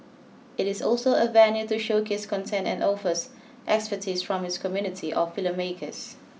it is also a venue to showcase content and offers expertise from its community of filmmakers